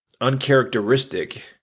uncharacteristic